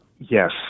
Yes